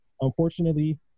unfortunately